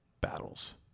battles